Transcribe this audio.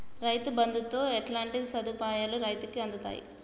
రైతు బంధుతో ఎట్లాంటి సదుపాయాలు రైతులకి అందుతయి?